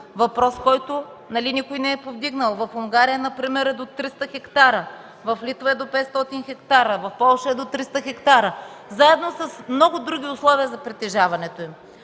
въпрос, който никой не е повдигнал. В Унгария например е до 300 хектара, в Литва – до 500 хектара, в Полша – до 300 хектара, заедно с много други условия за притежаването им.